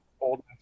old